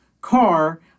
car